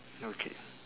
okay